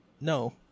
no